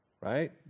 Right